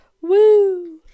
Woo